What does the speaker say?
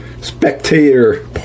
spectator